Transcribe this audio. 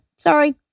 Sorry